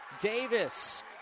Davis